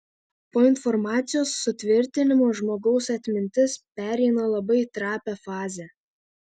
po informacijos sutvirtinimo žmogaus atmintis pereina labai trapią fazę